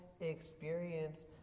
experience